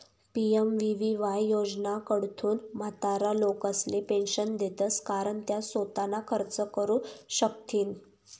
PMVVY योजनाकडथून म्हातारा लोकेसले पेंशन देतंस कारण त्या सोताना खर्च करू शकथीन